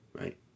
right